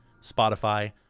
Spotify